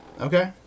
Okay